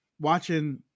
watching